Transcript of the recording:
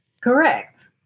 correct